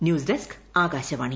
news desk Akashvani